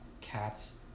cats